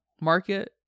market